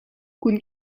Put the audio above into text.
kun